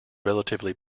relatively